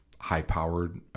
high-powered